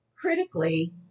Critically